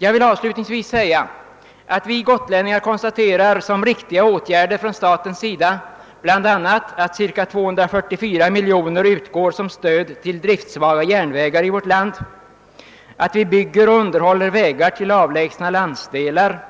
Jag vill avslutningsvis säga att vi gotlänningar konstaterar som riktiga åtgärder från statens sida bl.a. att ca 244 miljoner kronor utgår som stöd till driftssvaga järnvägar i vårt land, att vi bygger och underhåller vägar till avlägsna landsdelar,